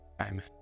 Amen